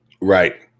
Right